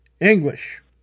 English